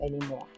anymore